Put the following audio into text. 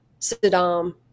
Saddam